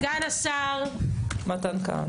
היו"ר מירב בן ארי (יו"ר ועדת ביטחון הפנים): סגן השר מתן כהנא,